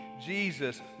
Jesus